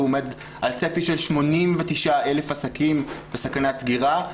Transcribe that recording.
הוא עומד על צפי של 89,000 עסקים בסכנת סגירה,